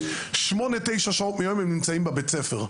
8 9 שעות ביום הם נמצאים בבית הספר.